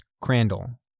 Crandall